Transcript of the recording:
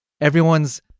everyone's